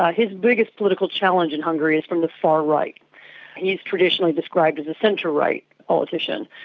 ah his biggest political challenge in hungary is from the far right. he is traditionally described as a centre right politician.